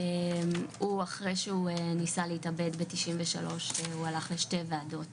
הוא אחרי שהוא ניסה להתאבד ב-93 הוא הלך לשתי ועדות